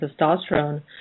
testosterone